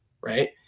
right